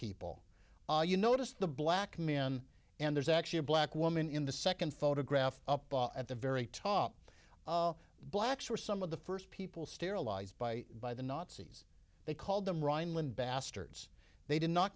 people you notice the black man and there's actually a black woman in the second photograph up at the very top blacks were some of the first people sterilized by by the nazis they called them rhineland bastards they did not